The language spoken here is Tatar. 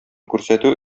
күрсәтү